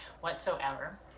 whatsoever